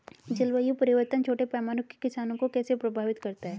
जलवायु परिवर्तन छोटे पैमाने के किसानों को कैसे प्रभावित करता है?